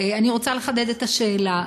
אני רוצה לחדד את השאלה.